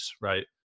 right